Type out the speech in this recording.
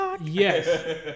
Yes